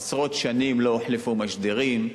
עשרות שנים לא החליפו משדרים,